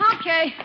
Okay